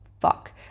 fuck